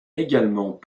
également